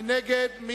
מי נגד?